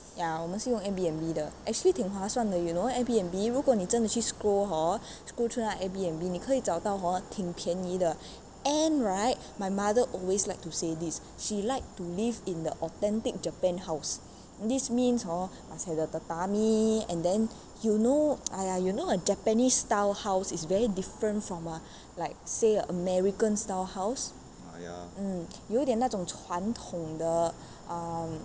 ya 我们是用 airbnb 的 actually 挺划算的 you know airbnb 如果你真的去 scroll hor scroll through 那 airbnb 你可以找到 hor 挺便宜的 and right my mother always like to say this she like to live in the authentic japan house this means hor must have the and then you know !aiya! you know a japanese style house is very different from a like say american style house mmhmm 有一点那种传统的 um